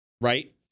right